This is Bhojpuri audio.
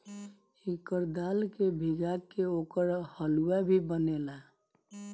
एकर दाल के भीगा के ओकर हलुआ भी बनेला